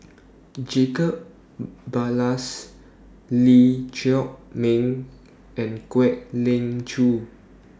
Jacob Ballas Lee Chiaw Meng and Kwek Leng Joo